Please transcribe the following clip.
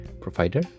provider